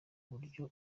buryo